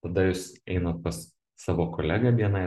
tada jūs einat pas savo kolegą bni